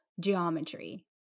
geometry